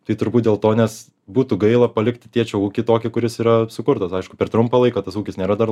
tai turbūt dėl to nes būtų gaila palikti tėčio ūkį tokį kuris yra sukurtas aišku per trumpą laiką tas ūkis nėra dar